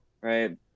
right